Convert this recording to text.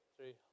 three